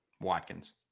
Watkins